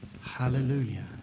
Hallelujah